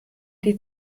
die